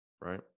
right